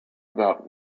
about